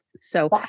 So-